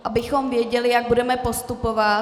Abychom věděli, jak budeme postupovat.